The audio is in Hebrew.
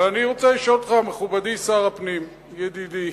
אבל אני רוצה לשאול אותך, מכובדי שר הפנים, ידידי: